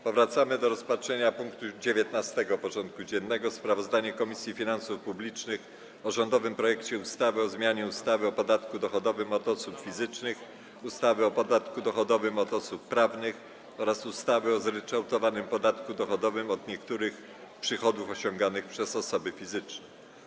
Powracamy do rozpatrzenia punktu 19. porządku dziennego: Sprawozdanie Komisji Finansów Publicznych o rządowym projekcie ustawy o zmianie ustawy o podatku dochodowym od osób fizycznych, ustawy o podatku dochodowym od osób prawnych oraz ustawy o zryczałtowanym podatku dochodowym od niektórych przychodów osiąganych przez osoby fizyczne.